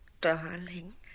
darling